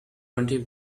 twenty